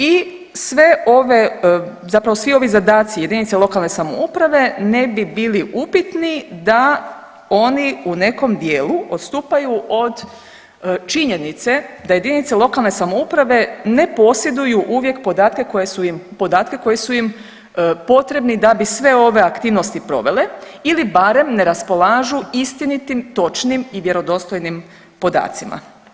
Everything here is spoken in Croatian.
I sve ove, zapravo svi ovi zadaci jedinice lokalne samouprave ne bi bili upitni da oni u nekom dijelu odstupaju od činjenice da jedinice lokalne samouprave ne posjeduju uvijek podatke koji su im potrebni da bi sve ove aktivnosti provele ili barem ne raspolažu istinitim, točnim i vjerodostojnim podacima.